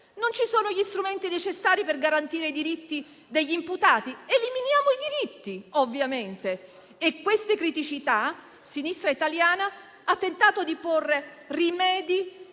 Non ci sono gli strumenti necessari per garantire i diritti degli imputati? Eliminiamo i diritti, ovviamente. A queste criticità Sinistra Italiana ha tentato di porre rimedio